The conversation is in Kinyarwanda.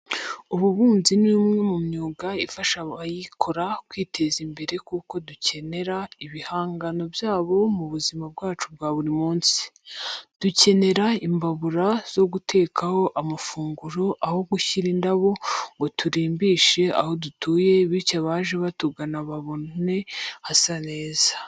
Ububumbyi ni umwe mu myuga ifasha abayikora kwiteza imbere kuko dukenera ibihangano byabo mu buzima bwacu bwa buri munsi. Dukenera imbabura zo gutekaho amafunguro, aho gushyira indabo ngo turimbishe aho dutuye bityo abaje batugana babone hasa neza.